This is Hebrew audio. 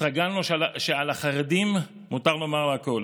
התרגלנו שעל החרדים מותר לומר הכול.